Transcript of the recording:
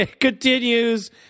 continues